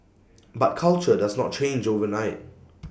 but culture does not change overnight